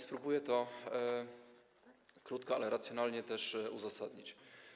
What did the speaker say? Spróbuję to krótko, ale racjonalnie uzasadnić.